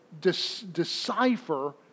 decipher